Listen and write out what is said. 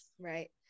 Right